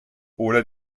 oder